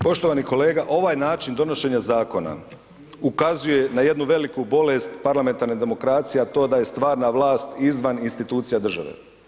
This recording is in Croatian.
Poštovani kolega, ovaj način donošenja zakona ukazuje na jednu veliku bolest parlamentarne demokracije a to je stvarna vlast izvan institucija države.